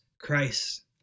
Christ